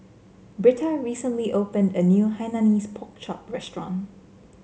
Britta recently opened a new Hainanese Pork Chop restaurant